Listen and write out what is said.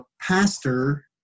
pastor